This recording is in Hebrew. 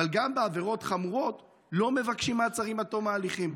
גם בעבירות חמורות לא מבקשים מעצרים עד תום ההליכים.